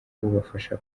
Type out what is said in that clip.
ubafasha